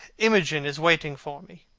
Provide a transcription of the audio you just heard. imogen is waiting for me.